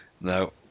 no